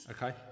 Okay